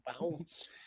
bounce